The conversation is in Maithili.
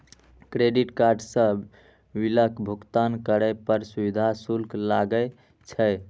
क्रेडिट कार्ड सं बिलक भुगतान करै पर सुविधा शुल्क लागै छै